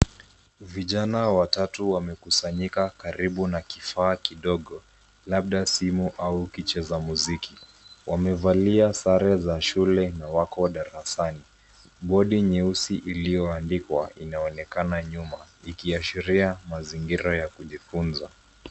Vijana watatu wamekusanyika karibu na kifaa kidogo labda simu au kicheza muziki. Wamevalia sare za shule na wako darasani. Bodi nyeusi iliyoandikwa inaonekana nyuma ikiashiria mazingira ya kujifunza.